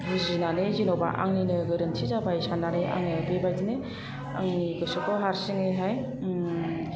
बुजिनानै जेन'बा आंनिनो गोरोन्थि जाबाय साननानै आङो बेबायदिनो आंनि गोसोखौ हारसिङैहाय